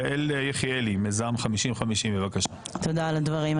יעל יחיאלי, מיזם 50-50. תודה על הדברים.